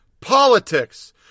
politics